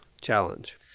challenge